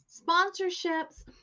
sponsorships